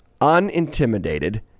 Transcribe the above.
Unintimidated